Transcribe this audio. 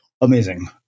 Amazing